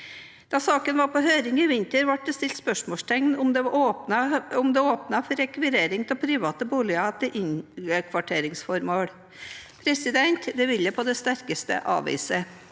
Da saken var på høring i vinter, ble det stilt spørsmål om det åpnet for rekvirering av private boliger til innkvarteringsformål. Det vil jeg på det sterkeste avvise.